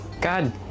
God